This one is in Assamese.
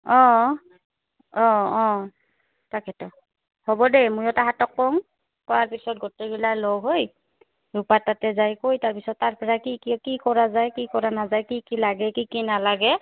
অঁ অঁ অঁ তাকেত হ'ব দেই ময়ো তাহঁতক কওঁ কোৱাৰ পিছত গোটেইগিলা লগ হৈ ৰূপা তাতে যাই কৈ তাৰপিছত তাৰ পেৰে কি কি কি কৰা যায় কি কৰা নাযায় কি কি লাগে কি কি নালাগে